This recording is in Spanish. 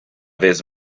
vez